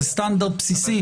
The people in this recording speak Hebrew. זה סטנדרט בסיסי.